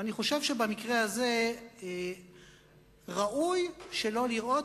ואני חושב שבמקרה הזה ראוי שלא לראות,